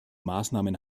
maßnahmen